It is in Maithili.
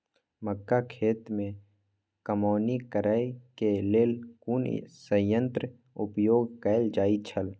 मक्का खेत में कमौनी करेय केय लेल कुन संयंत्र उपयोग कैल जाए छल?